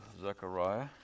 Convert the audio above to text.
Zechariah